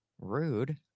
Rude